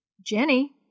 Jenny